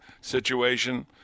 situation